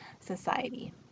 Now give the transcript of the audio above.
Society